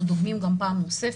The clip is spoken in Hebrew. אנחנו דוגמים גם פעם נוספת.